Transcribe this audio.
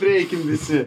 prieikim visi